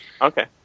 Okay